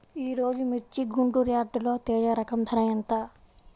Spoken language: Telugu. ఈరోజు మిర్చి గుంటూరు యార్డులో తేజ రకం ధర ఎంత?